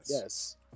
Yes